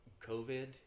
COVID